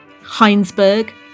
Heinsberg